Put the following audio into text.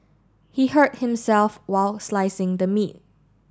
he hurt himself while slicing the meat